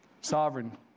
Sovereign